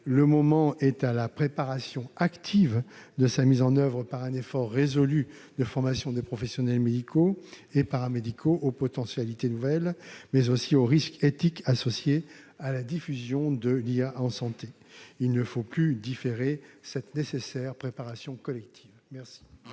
Le moment est à la préparation active de sa mise en oeuvre par un effort résolu de formation des professionnels médicaux et paramédicaux aux potentialités nouvelles, mais aussi aux risques éthiques associés à la diffusion de l'IA en santé. Il ne faut plus différer cette nécessaire préparation collective !